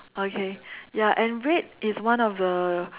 okay ya and red is one of the